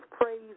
praise